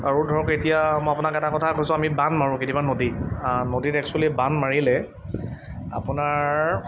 আৰু ধৰক এতিয়া মই আপোনাক এটা কথা কৈছোঁ আমি বান্ধ মাৰোঁ কেতিয়াবা নদীত নদীত এক্সুৱেলী বান্ধ মাৰিলে আপোনাৰ